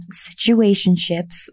situationships